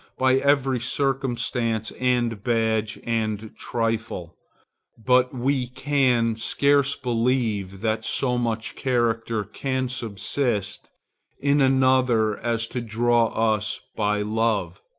by every circumstance and badge and trifle but we can scarce believe that so much character can subsist in another as to draw us by love.